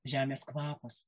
žemės kvapas